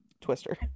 Twister